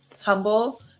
humble